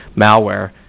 malware